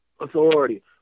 authority